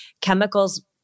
chemicals